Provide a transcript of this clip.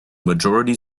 majority